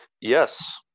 Yes